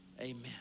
Amen